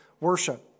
worship